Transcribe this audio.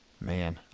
man